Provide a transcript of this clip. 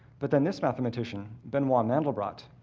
but then this mathematician, benoit mandelbrot,